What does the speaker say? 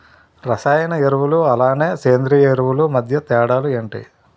రసాయన ఎరువులు అలానే సేంద్రీయ ఎరువులు మధ్య తేడాలు ఏంటి?